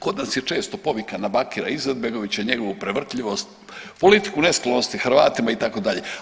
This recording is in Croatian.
Kod nas je često povika na Bakira Izetbegovića i njegovu prevrtljivost, politiku, nesklonost Hrvatima itd.